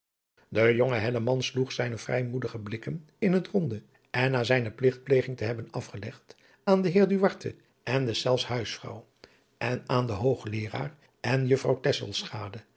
de jonge hellemans sloeg zijne vrijmoedige bliikken in het ronde en na zijne pligtpleging te hebben afgelegd aan den heer duarte en deszelfs huisvrouw en aan den hoogleeraar en juffrouw